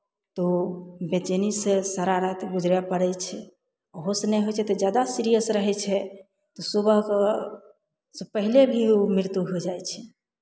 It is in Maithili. तऽ बेचैनीसँ सारा राति गुजरय पड़ै छै ओहोसँ नहि होइ छै तऽ जादा सीरियस रहै छै सुबहकेँ से पहिले भी ओ मृत्यु होइ जाइ छै